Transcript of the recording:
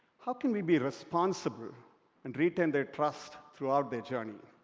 how can we be responsible and retain their trust throughout the journey?